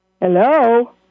Hello